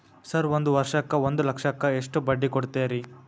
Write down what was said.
Sir ಒಂದು ವರ್ಷಕ್ಕ ಒಂದು ಲಕ್ಷಕ್ಕ ಎಷ್ಟು ಬಡ್ಡಿ ಕೊಡ್ತೇರಿ?